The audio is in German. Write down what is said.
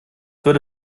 würde